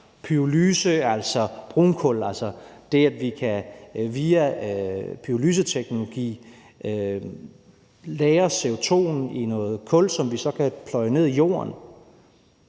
pyrolyse, altså brunkul – det, at vi via pyrolyseteknologi kan lagre CO2'en i noget kul, som vi så kan pløje ned i jorden